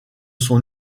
son